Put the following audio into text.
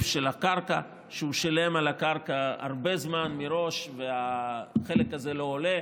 הקרקע כשהוא שילם על הקרקע הרבה זמן מראש והחלק הזה לא עולה.